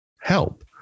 help